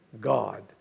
God